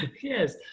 yes